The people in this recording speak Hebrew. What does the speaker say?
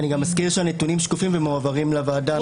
אני גם אזכיר שהנתונים שקופים ומועברים לוועדה מדי חודש.